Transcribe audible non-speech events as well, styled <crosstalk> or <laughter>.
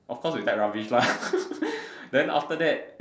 of course we type rubbish lah <laughs> then after that